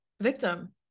victim